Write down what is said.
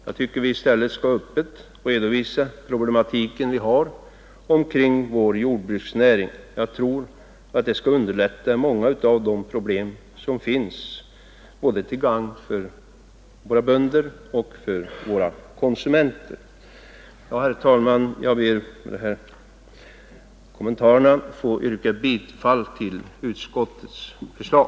Vi skall i stället öppet redovisa den problematik som förekommer inom vår jordbruksnäring. Jag tror det skulle underlätta lösandet av många av de problem som finns, till gagn både för våra bönder och för våra konsumenter. Herr talman! Jag ber med dessa kommentarer att få yrka bifall till utskottets förslag.